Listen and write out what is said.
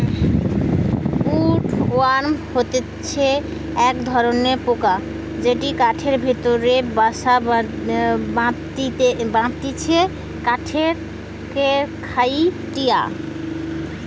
would worm হতিছে এক ধরণের পোকা যেটি কাঠের ভেতরে বাসা বাঁধটিছে কাঠকে খইয়ে দিয়া